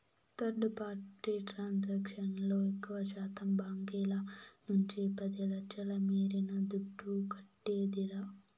third party transaction లో ఎక్కువశాతం బాంకీల నుంచి పది లచ్ఛల మీరిన దుడ్డు కట్టేదిలా